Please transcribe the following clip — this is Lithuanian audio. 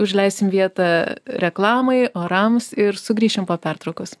užleisim vietą reklamai orams ir sugrįšim po pertraukos